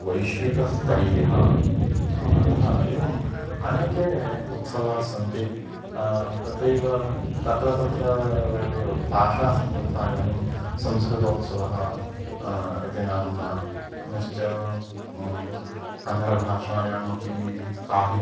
वैश्विकस्तरीयः अतः एवम् अनेके उत्सवास्सन्ति तथैव तत्र तत्र भाषासम्बद्धः इदानीं संस्कृतोत्सवः इति नाम्ना पुनश्च कन्नडभाषायामपि साहित्य